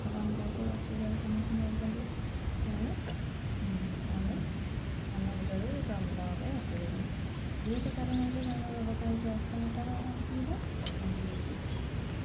ଲୋକମାନେ ବହୁତ ଅସୁବିଧାର ସମ୍ମୁଖୀନ ହେଉଛନ୍ତି ତେଣୁ ଲୋକମାନେ ସ୍ଥାନୀୟ ତ ନେବା ପାଇଁ ଅସୁବିଧା ଦୁଇଟି କାରଣ ହେଉଛି କାରଣ ଗୋଟେ ହେଉଛି ରାସ୍ତା ଘାଟର ଅସୁବିଧା ଆଉ ଗୋଟେ ହେଉଛି